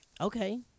Okay